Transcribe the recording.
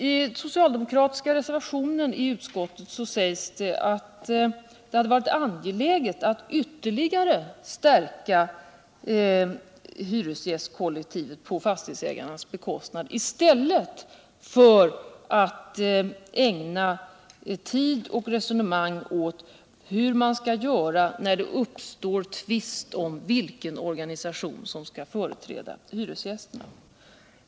I den soctaldemokratiska reservation som fogats ull utskottsbotänkandet i den här delen sägs att det hade varit anpeläget att ytterligare stärka hyresgästkollektivets ställning på fastighetsägarnas bekostnad i stället för att ägna tid och resonemang åt hur man skall göra när det uppstår tvist om vilken organisation som skall företräda hyresgästerna.